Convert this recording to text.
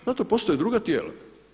Za to postoje druga tijela.